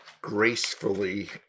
gracefully